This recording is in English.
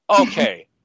Okay